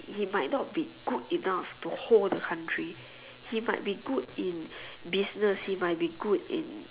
he might not be good enough to hold the country he might be good in business he might be good in